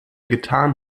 getan